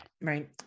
Right